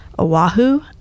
Oahu